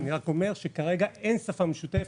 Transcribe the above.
אני רק אומר שכרגע אין שפה משותפת